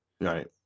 Right